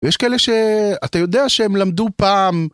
יש כאלה שאתה יודע שהם למדו פעם.